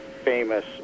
famous